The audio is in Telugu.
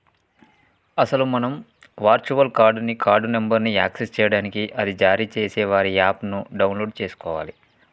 అసలు మనం వర్చువల్ కార్డ్ ని కార్డు నెంబర్ను యాక్సెస్ చేయడానికి అది జారీ చేసే వారి యాప్ ను డౌన్లోడ్ చేసుకోవాలి